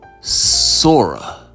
Sora